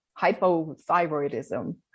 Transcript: hypothyroidism